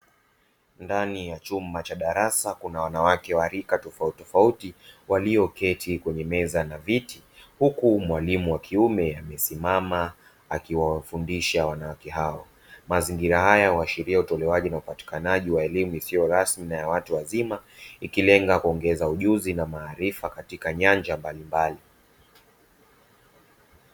Ndani ya chumba cha darasa kuna wanawake wa rika tofauti tofauti walioketi kwenye meza na viti, huku mwalimu wa kiume amesimama akiwafundisha wanawake hao, mazingira haya huashiria utolewaji na upatikanaji wa elimu isiyo rasmi na watu wazima, ikilenga kuongeza ujuzi na maarifa katika nyanja mbalimbali.